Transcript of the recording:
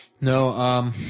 No